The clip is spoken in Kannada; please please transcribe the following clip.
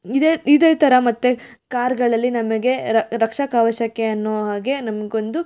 ಇದೇ ಇದೇ ಥರ ಮತ್ತು ಕಾರುಗಳಲ್ಲಿ ನಮಗೆ ರಕ್ಷಾ ಕವಚಕ್ಕೆ ಅನ್ನುವ ಹಾಗೆ ನಮ್ಗೆ ಒಂದು